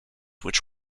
which